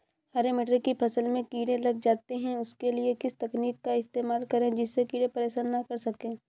हरे मटर की फसल में कीड़े लग जाते हैं उसके लिए किस तकनीक का इस्तेमाल करें जिससे कीड़े परेशान ना कर सके?